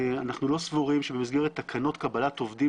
אנחנו לא סבורים שבמסגרת תקנות קבלת עובדים,